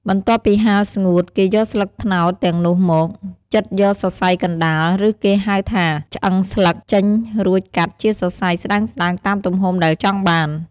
បន្ទាប់ពីហាលស្ងួត គេយកស្លឹកត្នោតទាំងនោះមក ចិតយកសរសៃកណ្តាល ឬគេហៅថា ឆ្អឹងស្លឹក ចេញ រួចកាត់ជាសរសៃស្ដើងៗតាមទំហំដែលចង់បាន។